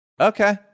Okay